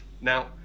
Now